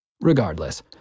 Regardless